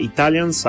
Italian